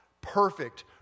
perfect